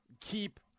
keep